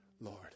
Lord